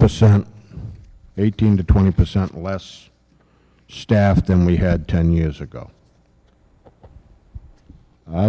percent eighteen to twenty percent less staff than we had ten years ago